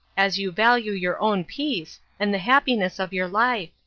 as you value your own peace, and the happiness of your life.